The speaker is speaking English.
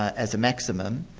as a maximum,